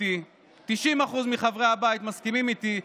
90% מחברי הבית מסכימים איתי,